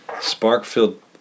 spark-filled